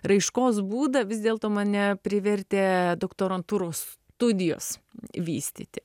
raiškos būdą vis dėlto mane privertė doktorantūros studijos vystyti